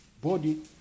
body